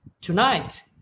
Tonight